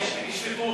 אדוני.